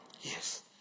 Yes